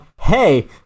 hey